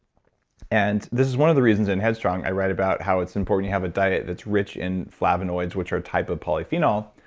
and this is one of the reasons in head strong, i write about how it's important you have a diet that's rich in flavonoids, which are a type of polyphenol,